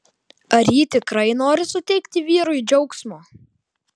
ar ji tikrai nori suteikti vyrui džiaugsmo